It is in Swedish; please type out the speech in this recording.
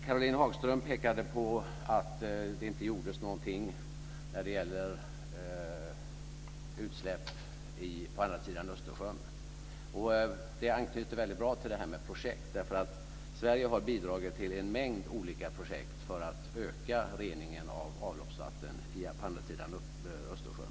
Caroline Hagström pekade på att det inte gjordes någonting när det gäller utsläpp på andra sidan Östersjön. Det anknyter väldigt bra till det här med projekt. Sverige har bidragit till en mängd olika projekt för att öka reningen av avloppsvatten på andra sidan Östersjön.